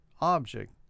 object